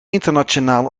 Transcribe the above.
internationaal